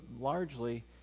largely